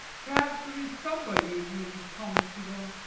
perhaps there is somebody who has made you promise to go.